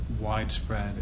widespread